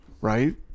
right